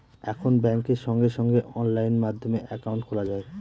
এখন ব্যাঙ্কে সঙ্গে সঙ্গে অনলাইন মাধ্যমে একাউন্ট খোলা যায়